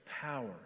power